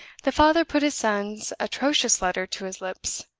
the father put his son's atrocious letter to his lips.